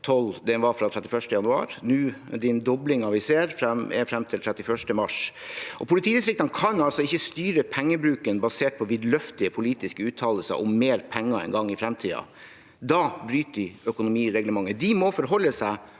112, var fra 31. januar. Den doblingen vi nå ser, er fram til 31. mars. Politidistriktene kan ikke styre pengebruken basert på vidløftige politiske uttalelser om mer penger en gang i framtiden. Da bryter de økonomireglementet. De må forholde seg